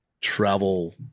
travel